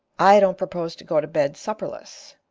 i don't propose to go to bed supperless.